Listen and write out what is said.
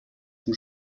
zum